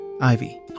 Ivy